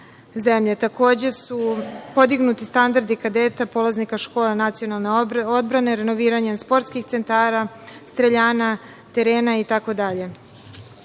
Takođe su podignuti standardi kadeta, polaznika Škole nacionalne odbrane, renoviranje sportskih centara, streljana, terena itd. Mi